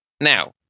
Now